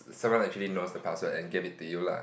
someone actually knows the password and gave it to you lah